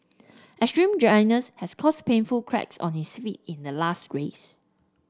extreme dryness has caused painful cracks on his feet in the last race